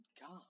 God